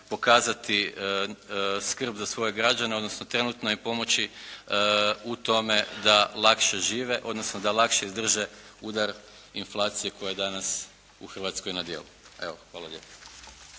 pokazati skrb za svoje građane odnosno trenutno im pomoći u tome da lakše žive odnosno da lakše izdrže udar inflacije koja je danas u Hrvatskoj na djelu. Hvala lijepo.